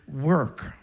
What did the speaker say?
work